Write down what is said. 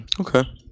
Okay